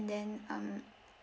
and then um